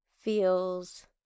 feels